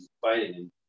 fighting